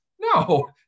No